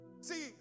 See